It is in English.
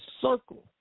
circle